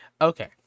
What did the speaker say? Okay